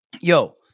Yo